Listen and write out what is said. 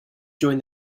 join